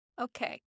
Okay